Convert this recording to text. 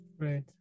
Right